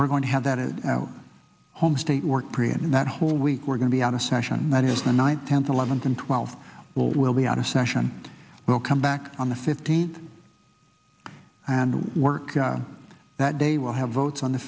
we're going to have that it home state work period and that whole week we're going to be out of session that is the ninth tenth eleventh and twelfth will we'll be out of session will come back on the fifteenth and work that they will have votes on the